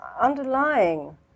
underlying